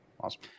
Awesome